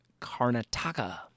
Karnataka